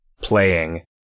playing